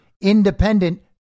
independent